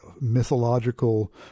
mythological